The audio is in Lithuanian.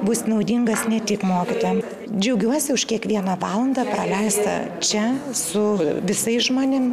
bus naudingas ne tik mokytojam džiaugiuosi už kiekvieną valandą praleistą čia su visais žmonėm